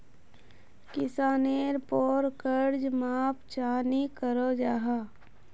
किसानेर पोर कर्ज माप चाँ नी करो जाहा?